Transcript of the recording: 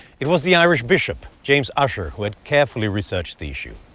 it was the irish bishop, james ussher, who had carefully researched the issue.